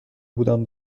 بودم